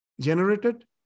generated